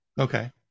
Okay